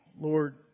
Lord